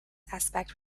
aspect